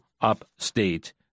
upstate